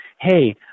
Hey